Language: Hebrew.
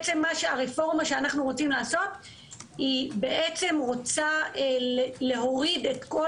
הרפורמה שאנחנו רוצים לעשות רוצה להוריד את כל